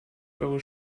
eure